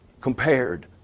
compared